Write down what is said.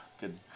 Good